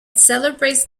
celebrates